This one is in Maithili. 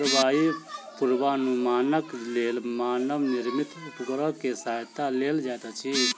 जलवायु पूर्वानुमानक लेल मानव निर्मित उपग्रह के सहायता लेल जाइत अछि